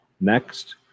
next